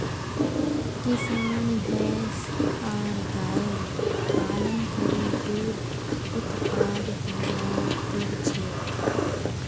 किसान भैंस आर गायर पालन करे दूध उत्पाद तैयार कर छेक